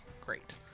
Great